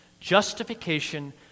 Justification